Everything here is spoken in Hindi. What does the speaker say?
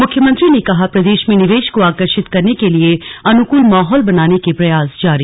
मुख्यमंत्री ने कहा प्रदेश में निवेश को आकर्षित करने के लिए अनुकूल माहौल बनाने के प्रयास जारी